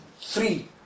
Three